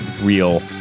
real